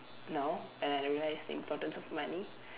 now and I realised importance of money